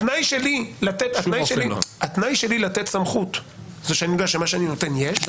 התנאי שלי לתת סמכות זה שאני יודע שמה שאני נותן יש,